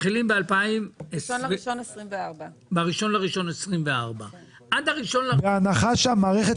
ב-1 בינואר 2024. ב-1 בינואר 2024. בהנחה שהמערכת